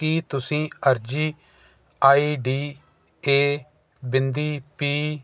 ਕੀ ਤੁਸੀਂ ਅਰਜੀ ID A ਬਿੰਦੀ ਪੀ